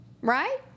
right